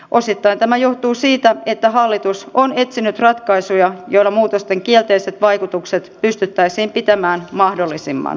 osittain tämä johtuu siitä että hallitus on etsinyt ratkaisuja joilla muutosten kielteiset vaikutukset pystyttäisiin pitämään mahdollisimman pieninä